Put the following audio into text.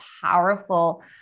powerful